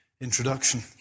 introduction